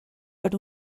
per